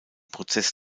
prozess